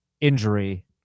injury